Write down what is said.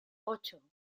ocho